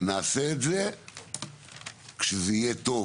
נעשה את זה כשזה יהיה טוב,